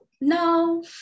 no